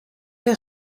der